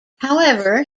however